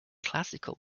classical